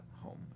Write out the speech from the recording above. home